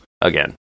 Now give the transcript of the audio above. again